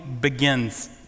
begins